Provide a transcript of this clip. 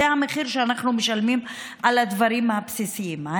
זה המחיר שאנחנו משלמים על הדברים הבסיסיים.